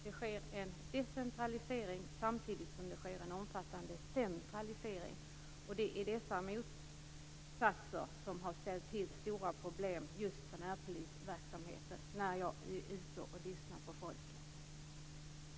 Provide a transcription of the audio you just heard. Det sker en decentralisering samtidigt som det sker en omfattande centralisering, och det är dessa motsatser som har ställt till stora problem just för närpolisverksamheten. Det får jag veta när jag är ute och lyssnar på folket.